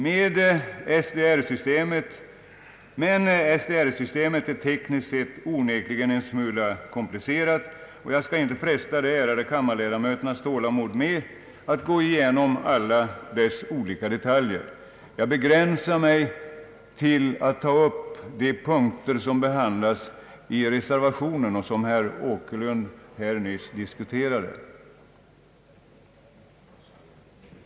Men SDR-systemet är tekniskt sett onekligen en smula komplicerat, och jag skall inte fresta de ärade kammarledamöternas tålamod med att gå igenom alla dess olika detaljer. Jag begränsar mig till att ta upp de punkter som behandlas i reservationen och som herr Åkerlund här nyss diskuterade.